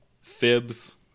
fibs